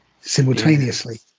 simultaneously